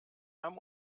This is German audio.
haben